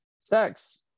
sex